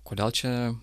kodėl čia